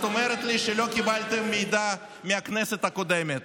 את אומרת שלא קיבלתם מידע מהכנסת הקודמת,